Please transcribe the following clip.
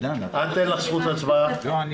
הצבעה אושר.